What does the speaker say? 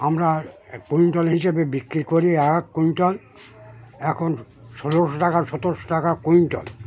আমরা কুইন্টল হিসেবে বিক্রি করি এক এক কুইন্টল এখন ষোলোশো টাকা সতেরোশো টাকা কুইন্টল